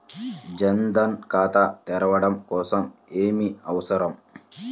జన్ ధన్ ఖాతా తెరవడం కోసం ఏమి అవసరం?